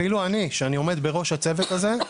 אפילו אני שאני עומד בראש הצוות הזה,